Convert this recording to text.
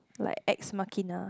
like ex machina